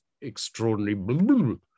extraordinary